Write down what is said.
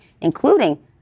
including